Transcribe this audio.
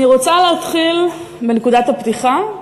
אני רוצה להתחיל בנקודת הפתיחה,